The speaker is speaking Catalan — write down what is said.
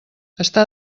està